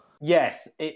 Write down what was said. Yes